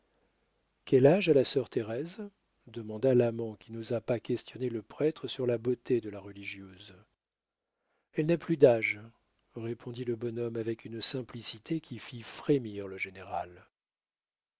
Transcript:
quel âge a la sœur thérèse demanda l'amant qui n'osa pas questionner le prêtre sur la beauté de la religieuse elle n'a plus d'âge répondit le bonhomme avec une simplicité qui fit frémir le général